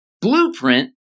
blueprint